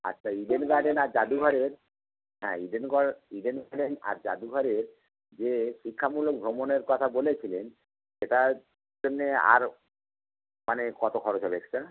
আচ্ছা ইডেন গার্ডেন আর জাদুঘরের হ্যাঁ ইডেন গর ইডেন গার্ডেন আর জাদুঘরের যে শিক্ষামূলক ভ্রমণের কথা বলেছিলেন সেটার জন্যে আর মানে কত খরচ হবে এক্সটা